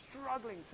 struggling